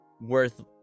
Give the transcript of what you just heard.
worth